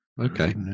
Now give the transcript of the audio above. okay